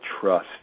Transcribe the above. trust